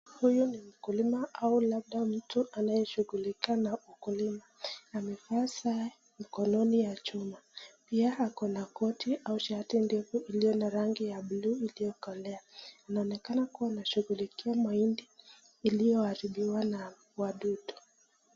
Huyu ni mkulima au labda mtu anayeshukulika na ukulima amevaa saa mkononi ya chuma pia ako na koti au shati ndefu iliyo na rangi ya buluu iliyokolea. Inaonekana kuwa anshukulikia mahindi ilioaribiwa na wadudu.